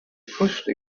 pushed